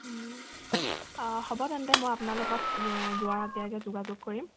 হ'ব তেন্তে মই আপোনাৰ লগত যোৱাৰ আগে আগে যোগাযোগ কৰিম